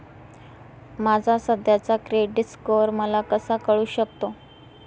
माझा सध्याचा credit score मला कसा कळू शकतो?